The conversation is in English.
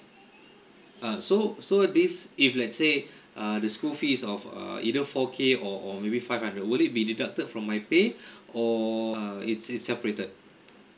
uh so so this if let's say uh the school fees of err either four K or or maybe five hundred will it be deducted from my pay or uh it's it's separated